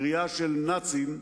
קריאה "נאצים"